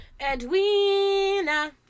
Edwina